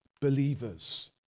believers